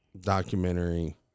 documentary